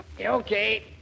Okay